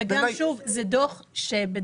בפסקה (1),